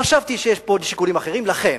חשבתי שיש פה שיקולים אחרים, לכן,